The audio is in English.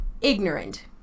Ignorant